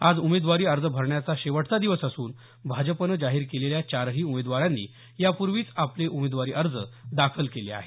आज उमेदवारी अर्ज भरण्याचा शेवटचा दिवस असून भाजपनं जाहीर केलेल्या चारही उमेदवारांनी यापूर्वीच आपले उमेदवारी अर्ज दाखल केले आहेत